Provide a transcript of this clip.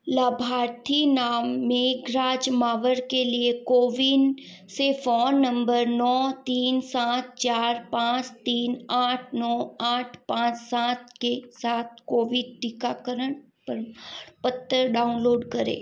लाभार्थी नाम मेघराज मावर के लिए कोविन से फ़ोन नंबर नौ तीन सात चार पाँच तीन आठ नौ आठ पाँच सात के साथ कोविड टीकाकरण प्रमाणपत्र डाउनलोड करें